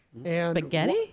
Spaghetti